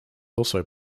also